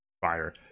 fire